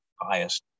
highest